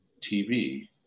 tv